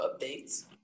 updates